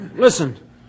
Listen